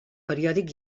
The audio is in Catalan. periòdic